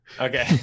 okay